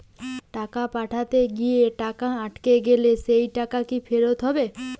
টাকা পাঠাতে গিয়ে টাকা আটকে গেলে সেই টাকা কি ফেরত হবে?